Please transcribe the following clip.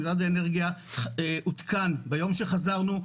משרד האנרגיה עודכן ביום שחזרנו.